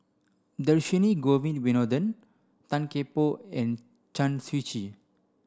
Dhershini Govin Winodan Tan Kian Por and Chen Shiji